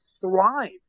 thrive